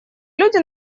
люди